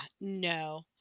no